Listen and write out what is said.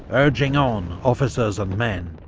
urging on officers and men.